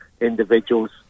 individuals